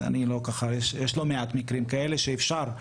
יש לא מעט מקרים כאלה שאפשר,